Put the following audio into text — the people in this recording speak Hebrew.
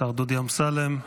השר דודי אמסלם,